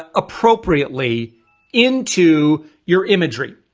ah appropriately into your imagery,